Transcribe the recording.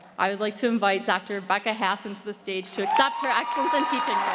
i would like to invite dr. becca hasson to the stage to accept her excellence in teaching